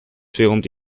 filmed